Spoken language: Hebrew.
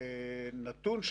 אני יכולה לבדוק את זה.